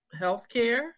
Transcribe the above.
healthcare